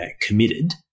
committed